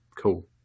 cool